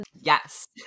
Yes